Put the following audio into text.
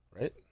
Right